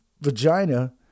vagina